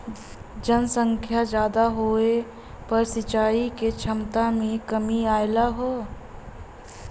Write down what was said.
जनसंख्या जादा होये पर सिंचाई के छमता में कमी आयल हौ